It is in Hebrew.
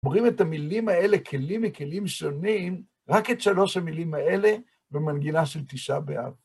קוראים את המילים האלה כלים מכלים שונים, רק את שלוש המילים האלה במנגינה של תשעה באב.